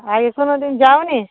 আগে কোনো দিন যাও নি